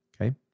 Okay